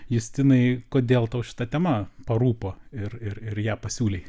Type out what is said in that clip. justinai kodėl tau šita tema parūpo ir ir ir ją pasiūlei